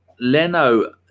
Leno